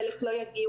חלק לא יגיעו,